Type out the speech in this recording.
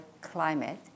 climate